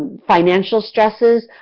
financial stresses,